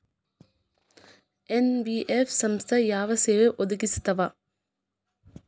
NBF ಸಂಸ್ಥಾ ಯಾವ ಸೇವಾ ಒದಗಿಸ್ತಾವ?